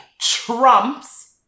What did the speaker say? trumps